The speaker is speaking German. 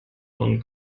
und